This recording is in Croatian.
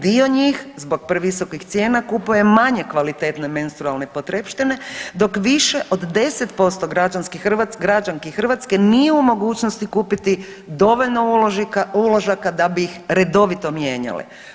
Dio njih zbog previsokih cijena kupuje manje kvalitetne menstrualne potrepštine dok više od 10% građanki Hrvatske nije u mogućnosti kupiti dovoljno uložaka da bi ih redovito mijenjale.